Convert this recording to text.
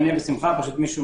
בבסיס?